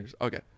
okay